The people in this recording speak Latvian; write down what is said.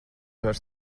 vairs